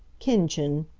kindchen